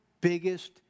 biggest